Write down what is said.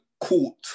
court